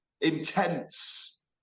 intense